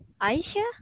Aisha